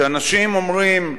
כשאנשים אומרים: